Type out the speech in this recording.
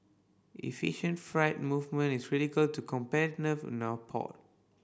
efficient freight movement is critical to competitiveness port